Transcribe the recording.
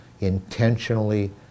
intentionally